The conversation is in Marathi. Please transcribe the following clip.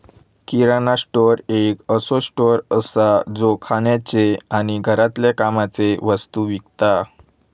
किराणा स्टोअर एक असो स्टोअर असा जो खाण्याचे आणि घरातल्या कामाचे वस्तु विकता